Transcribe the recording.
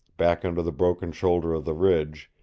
back under the broken shoulder of the ridge,